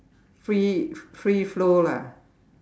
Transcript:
free free flow lah